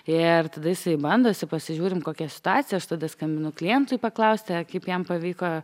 ir tada jisai bandosi pasižiūrim kokia situacija aš tada skambinu klientui paklausti kaip jam pavyko